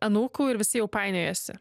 anūkų ir visi jau painiojasi